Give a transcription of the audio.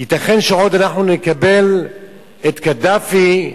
ייתכן שעוד נקבל את קדאפי,